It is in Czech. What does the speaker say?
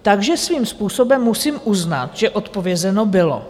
Takže svým způsobem musím uznat, že odpovězeno bylo.